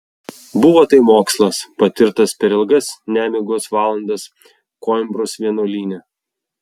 buvo tai mokslas patirtas per ilgas nemigos valandas koimbros vienuolyne